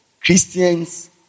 Christians